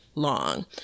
Long